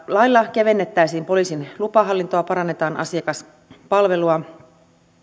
lailla kevennettäisiin poliisin lupahallintoa parannetaan asiakaspalvelua